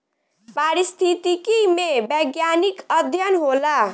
पारिस्थितिकी में वैज्ञानिक अध्ययन होला